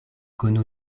konu